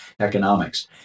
Economics